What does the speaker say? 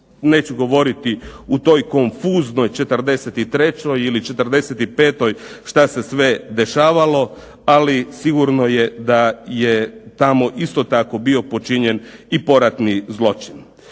Neću govoriti u toj konfuznoj '43. ili '45. šta se sve dešavalo, ali sigurno je da je tamo isto tako bio počinjen i poratni zločin.